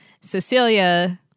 Cecilia